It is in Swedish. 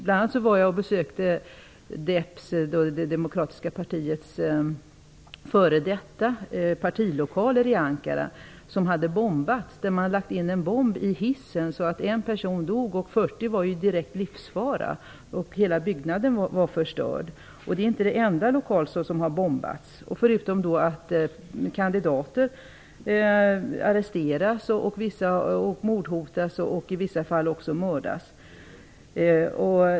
Bl.a. besökte jag DEP:s, det demokratiska partiets, f.d. personer var i direkt livsfara, och hela byggnaden var förstörd. Det är inte den enda lokalen som har bombats. Dessutom förekommer det att kandidater arresteras, mordhotas och i vissa fall också mördas.